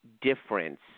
difference